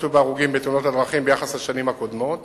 ובהרוגים בתאונות הדרכים ביחס לשנים הקודמות.